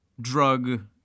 drug